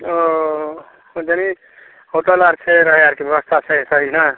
ओ ओतहि होटल आर छै रहय आरके व्यवस्था छै सही नहि